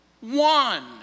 One